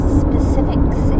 specifics